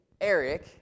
Eric